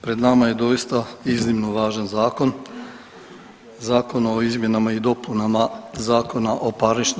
Pred nama je doista iznimno važan zakon, Zakon o izmjenama i dopunama ZPP-a.